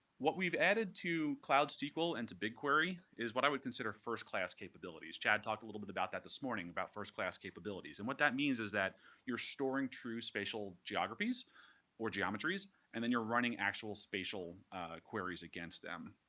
what we've added to cloud sql and to bigquery is what i would consider first class capabilities. chad talked a little bit about that this morning about first class capabilities. and what that means is that you're storing true spatial geographies or geometries, and then you're running actual spatial queries against them.